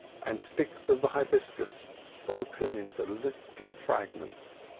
and sticks of the hibiscus broken into little fragments.